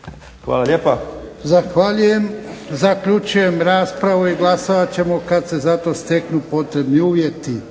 Ivan (HDZ)** Zahvaljujem. Zaključujem raspravu i glasovat ćemo kad se za to steknu potrebni uvjeti.